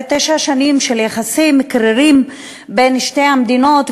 תשע שנים של יחסים קרירים בין שתי המדינות,